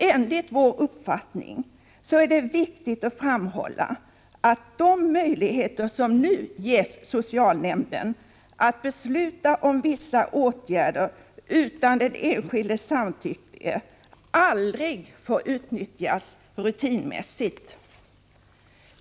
Enligt vår uppfattning är det viktigt att framhålla att de möjligheter som nu ges till socialnämnden, att besluta om vissa åtgärder utan den enskildes samtycke, aldrig får utnyttjas rutinmässigt.